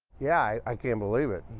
yeah i can't believe it.